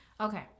okay